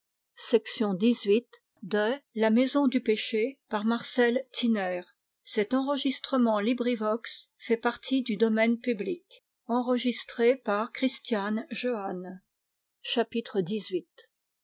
à la maison du